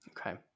Okay